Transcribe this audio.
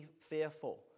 fearful